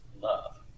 love